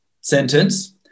sentence